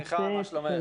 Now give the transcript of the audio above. שלום לכולם.